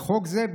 לחוק זה,